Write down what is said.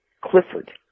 Clifford